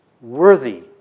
worthy